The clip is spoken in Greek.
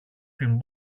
την